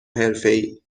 حرفهای